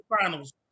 finals